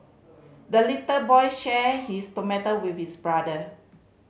the little boy shared his tomato with his brother